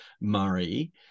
Murray